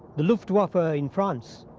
the luftwaffe ah in france,